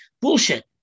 Bullshit